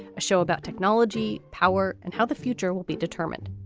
a show about technology, power and how the future will be determined.